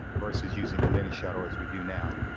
versus using the mini shuttle as we do now.